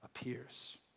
appears